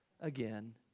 again